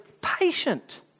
patient